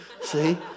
See